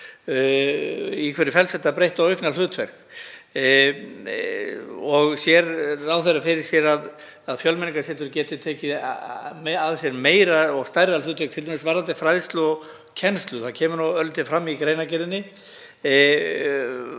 Í hverju felst þetta breytta og aukna hlutverk? Sér ráðherra fyrir sér að Fjölmenningarsetur geti tekið að sér meira og stærra hlutverk, t.d. varðandi fræðslu og kennslu? Það kemur örlítið fram í greinargerðinni